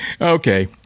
okay